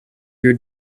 your